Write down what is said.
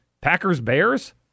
Packers-Bears